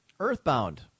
Earthbound